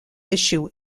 issue